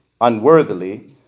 unworthily